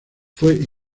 fue